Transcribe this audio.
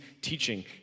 teaching